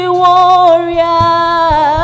warrior